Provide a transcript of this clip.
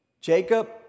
Jacob